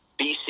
BC